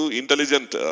intelligent